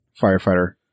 firefighter